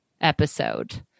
episode